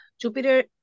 Jupiter